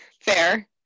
fair